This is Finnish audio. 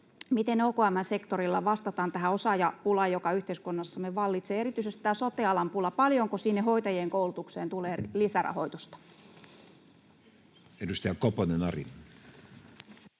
Miten OKM:n sektorilla vastataan tähän osaajapulaan, joka yhteiskunnassamme vallitsee — erityisesti tähän sote-alan pulaan? Paljonko hoitajien koulutukseen tulee lisärahoitusta? [Speech 10]